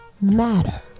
matter